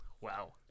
Wow